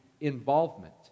involvement